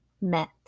met